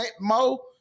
Mo